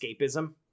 escapism